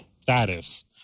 status